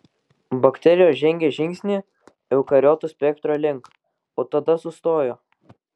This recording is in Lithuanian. bakterijos žengė žingsnį eukariotų spektro link o tada sustojo